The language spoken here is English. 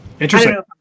Interesting